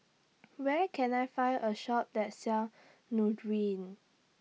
Where Can I Find A Shop that sells Nutren